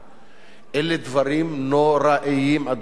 אלה דברים נוראים, אדוני היושב-ראש,